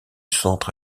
centre